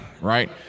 right